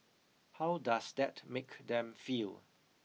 how does that make them feel